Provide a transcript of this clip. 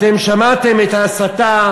אתם שמעתם את ההסתה